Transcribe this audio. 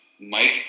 Mike